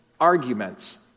arguments